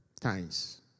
times